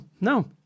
No